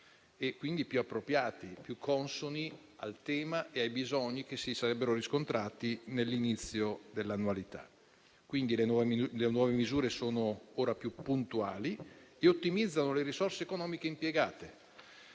e quindi più appropriati e consoni ai bisogni che si sarebbero riscontrati nell'inizio dell'annualità. Quindi, le nuove misure sono ora più puntuali e ottimizzano le risorse economiche impiegate.